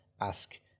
ask